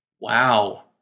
wow